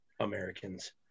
americans